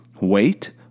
wait